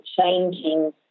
changing